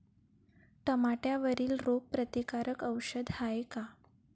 टमाट्यावरील रोग प्रतीकारक औषध हाये का?